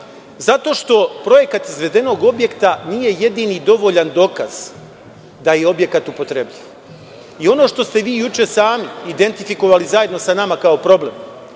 Zato što projekat izvedenog objekta nije jedini dovoljni dokaz da je objekat upotrebljiv. Ono što ste vi juče sami identifikovali zajedno sa nama kao problem